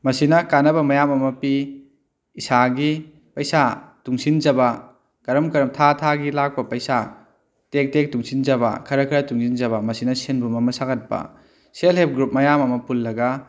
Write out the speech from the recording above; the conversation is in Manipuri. ꯃꯁꯤꯅꯥ ꯀꯥꯟꯅꯕ ꯃꯌꯥꯝ ꯑꯃ ꯄꯤ ꯏꯁꯥꯒꯤ ꯄꯩꯁꯥ ꯇꯨꯡꯁꯤꯟꯖꯕ ꯀꯔꯝ ꯀꯔꯝ ꯊꯥ ꯊꯥꯒꯤ ꯂꯥꯛꯄ ꯄꯩꯁꯥ ꯇꯦꯛ ꯇꯦꯛ ꯇꯨꯡꯁꯤꯟꯖꯕ ꯈꯔ ꯈꯔ ꯇꯨꯡꯁꯤꯟꯖꯕ ꯃꯁꯤꯅ ꯁꯦꯟꯕꯨꯝ ꯑꯃ ꯁꯥꯒꯠꯄ ꯁꯦꯜ ꯍꯦꯄ ꯒ꯭ꯔꯨꯞ ꯃꯌꯥꯝ ꯑꯃ ꯄꯨꯜꯂꯒ